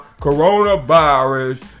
Coronavirus